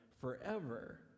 forever